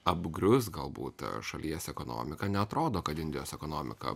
apgrius galbūt šalies ekonomika neatrodo kad indijos ekonomika